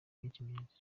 ikimenyetso